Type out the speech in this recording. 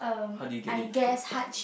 how do you get it food